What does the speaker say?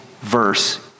verse